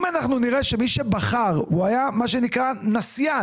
אם אנחנו נראה שמי שבחר, הוא היה מה שנקרא נסיין,